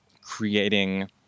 creating